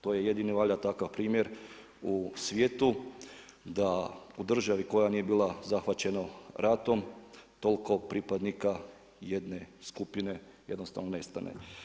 To je jedini takav primjer u svijetu, da u državi koja nije bila zahvaćeno ratom, toliko pripadnika jedne skupine, jednostavno nestane.